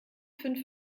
fünf